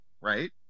Right